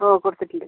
ഓ കൊടുത്തിട്ടുണ്ട്